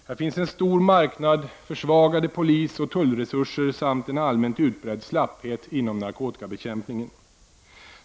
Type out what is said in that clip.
Här finns en stor marknad, försvagade polisoch tullresurser samt en allmänt utbredd slapphet inom narkotikabekämpningen.